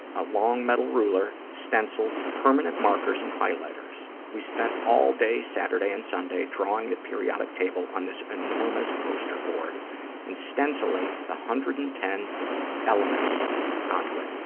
a long metal ruler, stencils, permanent markers and highlighters. we spent all day saturday and sunday drawing the periodic table on this enormous poster board and stenciling the one hundred and ten elements onto it.